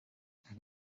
and